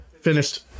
finished